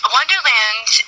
Wonderland